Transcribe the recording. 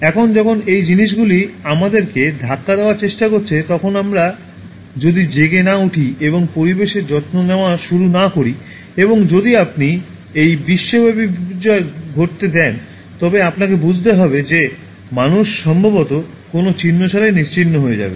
এখন যখন এই জিনিসগুলি আমাদেরকে ধাক্কা দেওয়ার চেষ্টা করছে তখন আমরা যদি জেগে না উঠি এবং পরিবেশের যত্ন নেওয়া শুরু না করি এবং যদি আপনি এই বিশ্বব্যাপী বিপর্যয় ঘটতে দেন তবে আপনাকে বুঝতে হবে যে মানুষ সম্ভবত কোনও চিহ্ন ছাড়াই নিশ্চিহ্ন হয়ে যাবে